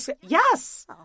Yes